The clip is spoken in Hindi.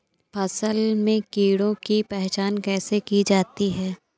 फसल में कीड़ों की पहचान कैसे की जाती है?